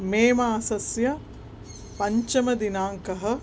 मे मासस्य पञ्चमदिनाङ्कः